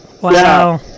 Wow